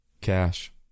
cash